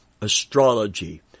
astrology